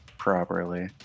properly